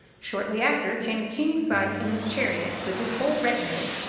shortly after came the king's son in his chariot with his whole retinue.